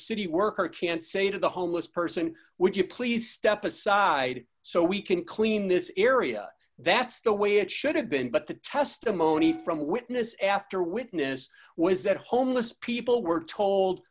city worker can't say to the homeless person would you please step aside so we can clean this area that's the way it should have been but the testimony from witness after witness was that homeless people were told